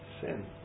Sin